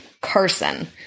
Carson